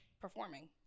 Performing